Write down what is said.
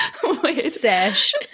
sesh